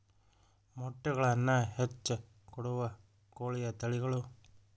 ಮೊಟ್ಟೆಗಳನ್ನ ಹೆಚ್ಚ ಕೊಡುವ ಕೋಳಿಯ ತಳಿಗಳು